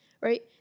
right